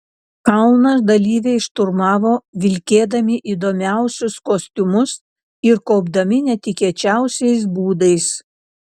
kalną dalyviai šturmavo vilkėdami įdomiausius kostiumus ir kopdami netikėčiausiais būdais